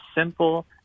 simple